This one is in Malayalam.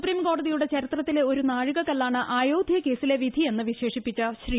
സുപ്രീം കോടതിയുടെ ചരിത്രത്തിലെ ഒരു നാഴികക്കല്ലാണ് അയോഗ്യ കേസിലെ വിധി എന്ന് വിശേഷിപ്പിച്ച ശ്രീ